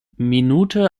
minute